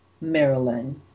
Maryland